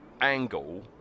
angle